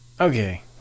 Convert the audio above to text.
okay